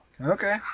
Okay